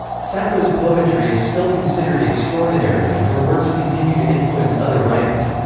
sappho's poetry is still considered extraordinary and her works continue to influence other writers.